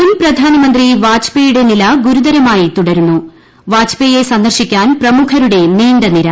മുൻപ്രധാനമന്ത്രി വാജ്പേയിയുടെ നില ഗുരതരമായി തുടരുന്നു വാജ്പേയിയെ സന്ദർശിക്കാൻ പ്രമുഖരുടെ നീണ്ടനിര